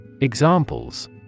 Examples